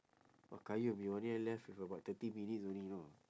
!wah! qayyum we only left with about thirty minutes only you know